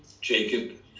Jacob